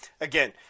again